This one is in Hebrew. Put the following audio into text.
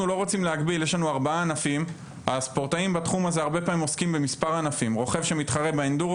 אנחנו עורכים דיון ראשון בנושא חשוב להרבה מאוד אנשים במדינת ישראל.